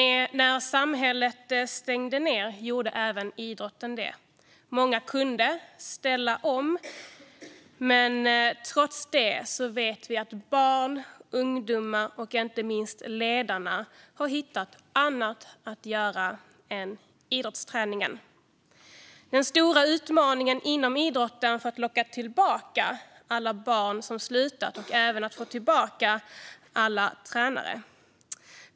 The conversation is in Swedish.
När samhället stängde ned gjorde även idrotten det. Många kunde ställa om, men trots det vet vi att barn, ungdomar och inte minst ledarna har hittat annat att göra än idrottsträningen. Den stora utmaningen inom idrotten är att locka tillbaka alla barn som slutat och även att få tillbaka alla tränare.